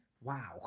Wow